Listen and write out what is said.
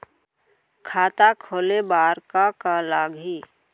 खाता खोले बार का का लागही?